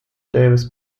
davis